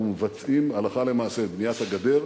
אנחנו מבצעים הלכה למעשה את בניית הגדר,